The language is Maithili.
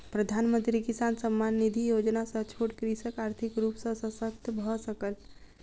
प्रधानमंत्री किसान सम्मान निधि योजना सॅ छोट कृषक आर्थिक रूप सॅ शशक्त भअ सकल